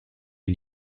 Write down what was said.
est